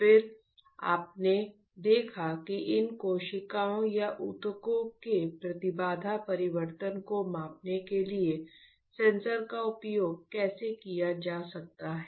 फिर आपने देखा कि इन कोशिकाओं या ऊतकों के प्रतिबाधा परिवर्तन को मापने के लिए सेंसर का उपयोग कैसे किया जा सकता है